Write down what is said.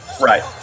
Right